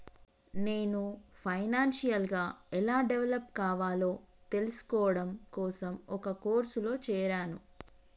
నేను ఫైనాన్షియల్ గా ఎలా డెవలప్ కావాలో తెల్సుకోడం కోసం ఒక కోర్సులో జేరాను